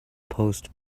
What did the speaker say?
post